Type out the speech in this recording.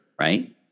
right